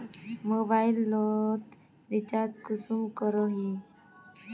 Mobile लोत recharge कुंसम करोही?